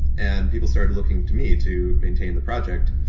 and people started looking to me to maintain the project.